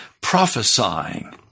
prophesying